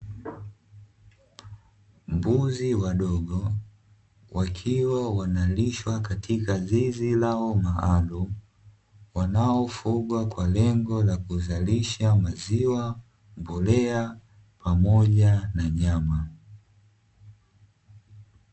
Mbuzi wadogo wakiwa wanalishwa katika zizi lao maalumu wanaofugwa kwa lengo la kuzalisha maziwa, mbolea pamoja na nyama.